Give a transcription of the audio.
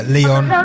Leon